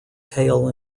tail